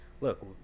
look